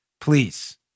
please